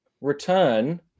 Return